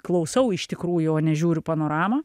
klausau iš tikrųjų o ne žiūriu panoramą